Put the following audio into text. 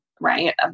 right